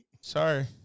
Sorry